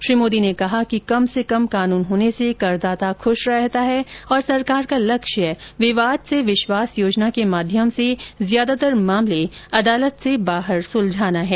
श्री मोदी ने कहा कि कम से कम कानून होने से करदाता खुश रहता है और सरकार का लक्ष्य विवाद से विश्वास योजना के माध्यम से ज्यादातर मामले अदालत से बाहर सुलझाना है